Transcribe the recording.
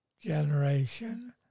generation